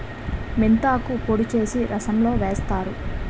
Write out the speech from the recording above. మెంతాకు పొడి చేసి రసంలో వేస్తారు